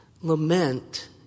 Lament